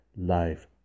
life